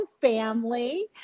family